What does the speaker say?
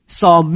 saw